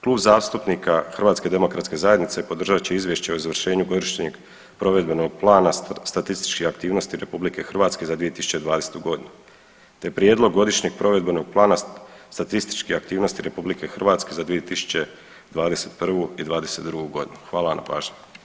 Klub zastupnika HDZ-a podržat će Izvješće o izvršenju godišnjeg provedbenog plana statističkih aktivnosti RH za 2020.g. te Prijedlog godišnjeg provedbenog plana statističke aktivnosti RH za 2021. i '22.g. Hvala na pažnji.